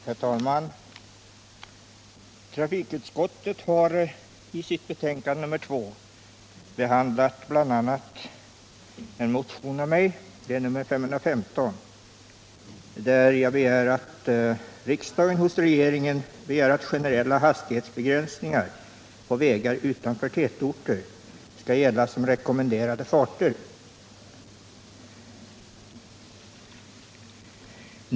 Herr talman! Trafikutskottet har i sitt betänkande nr 2 bl.a. behandlat en av mig väckt motion, 1976/77:515, där jag hemställt att riksdagen hos regeringen begär att generella hastighetsbegränsningar på vägar utanför tätorter skall gälla som rekommenderade farter.